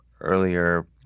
earlier